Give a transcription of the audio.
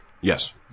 Yes